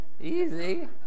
Easy